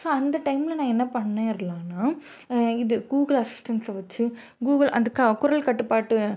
so அந்த டைம்ல நான் என்ன பண்ணிடலான்னா இது கூகுள் அசிஸ்டண்ஸை வச்சு கூகுள் அந்த க குரல் கட்டுப்பாட்டு